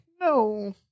no